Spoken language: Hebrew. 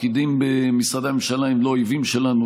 הפקידים במשרדי הממשלה הם לא אויבים שלנו.